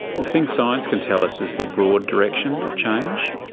the thing science can tell us is the broad direction of change,